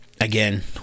Again